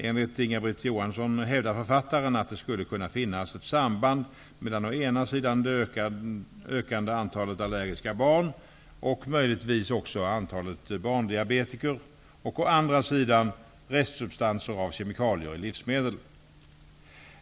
Enligt Inga Britt Johansson hävdar författaren att det skulle kunna finnas ett samband mellan å ena sidan det ökande antalet allergiska barn, och möjligtvis också antalet barndiabetiker, och å den andra sidan restsubstanser av kemikalier i livsmedel.